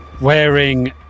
wearing